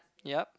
yup